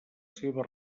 seva